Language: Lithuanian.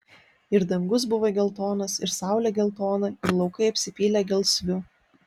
ir dangus buvo geltonas ir saulė geltona ir laukai apsipylė gelsviu